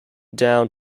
down